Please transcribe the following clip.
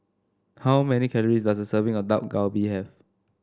how many calories does a serving of Dak Galbi have